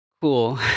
cool